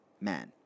man